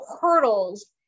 hurdles